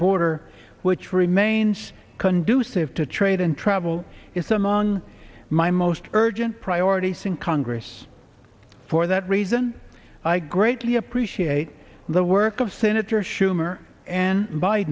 border which remains conducive to trade and travel is among my most urgent priorities in congress for that reason i greatly appreciate the work of senator schumer and bi